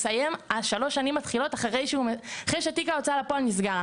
השלוש שנים מתחילות אחרי שתיק ההוצאה לפועל נסגר.